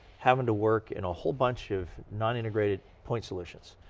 having to work in a whole bunch of non-integrated point solutions.